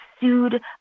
sued